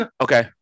Okay